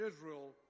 Israel